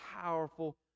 powerful